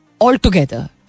altogether